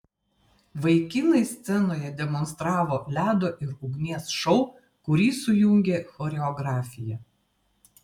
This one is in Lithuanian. vaikinai scenoje demonstravo ledo ir ugnies šou kurį sujungė choreografija